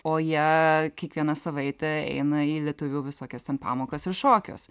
o jie kiekvieną savaitę eina į lietuvių visokias ten pamokas ir šokius